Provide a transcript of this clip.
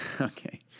Okay